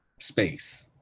space